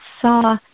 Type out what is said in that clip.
saw